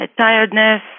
tiredness